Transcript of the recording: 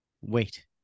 wait